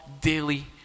daily